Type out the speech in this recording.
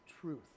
truth